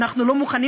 אנחנו לא מוכנים?